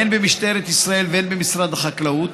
הן במשטרת ישראל והן במשרד החקלאות,